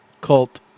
cult